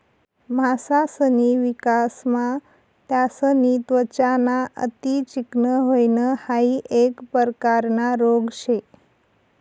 मासासनी विकासमा त्यासनी त्वचा ना अति चिकनं व्हयन हाइ एक प्रकारना रोग शे